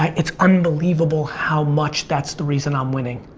it's unbelievable how much that's the reason i'm winning.